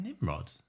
Nimrod